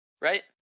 Right